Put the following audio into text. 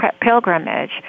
pilgrimage